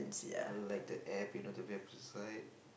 uh like the App you know the website